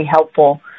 helpful